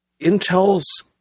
Intel's